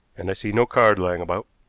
and i see no card lying about.